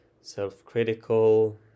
Self-critical